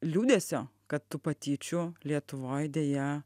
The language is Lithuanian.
liūdesio kad tų patyčių lietuvoj deja